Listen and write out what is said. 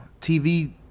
TV